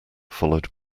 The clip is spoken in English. followed